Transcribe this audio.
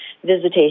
visitation